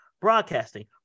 broadcasting